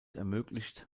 ermöglicht